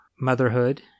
motherhood